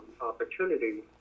opportunity